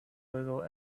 little